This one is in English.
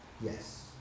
Yes